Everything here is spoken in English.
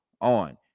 on